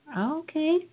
Okay